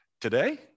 Today